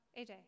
AJ